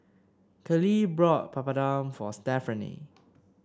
Kalyn brought Papadum for Stephaine